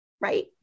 Right